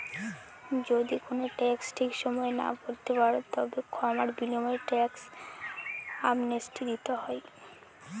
যদি কোনো ট্যাক্স ঠিক সময়ে না ভরতে পারো, তবে ক্ষমার বিনিময়ে ট্যাক্স অ্যামনেস্টি দিতে হয়